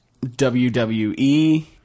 WWE